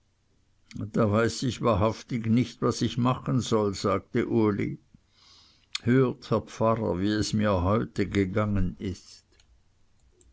da weiß ich wahrhaftig nicht was ich machen soll sagte uli hört herr pfarrer wie es mir heute gegangen ist